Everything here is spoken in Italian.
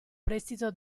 prestito